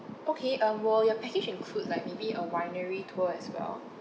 okay uh will your package includes like maybe a winery tour as well